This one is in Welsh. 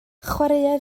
chwaraea